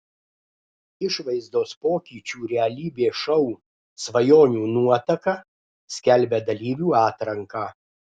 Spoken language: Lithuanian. išvaizdos pokyčių realybės šou svajonių nuotaka skelbia dalyvių atranką